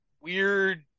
weird